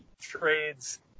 trades